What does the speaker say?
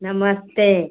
नमस्ते